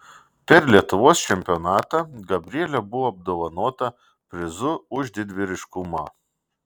per lietuvos čempionatą gabrielė buvo apdovanota prizu už didvyriškumą